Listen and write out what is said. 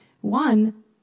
one